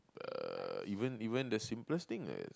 uh even even the simplest thing is